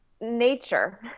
nature